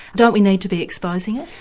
don't we need to be exposing it?